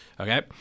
okay